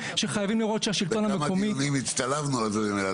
בכמה דיונים הצטלבנו על הדברים האלה,